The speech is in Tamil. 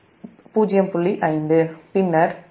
5 பின்னர் Pe2